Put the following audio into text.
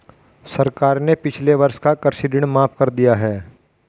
सरकार ने पिछले वर्ष का कृषि ऋण माफ़ कर दिया है